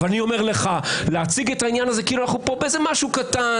אני אומר לך: להציג את העניין הזה כאילו אנחנו פה באיזה משהו קטן,